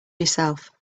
yourself